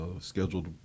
Scheduled